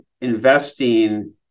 investing